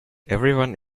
everyone